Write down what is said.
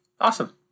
Awesome